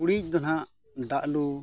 ᱠᱩᱲᱤᱭᱤᱡ ᱫᱚ ᱱᱟᱦᱟᱜ ᱫᱟᱜ ᱞᱩ